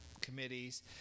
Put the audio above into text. committees